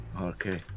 Okay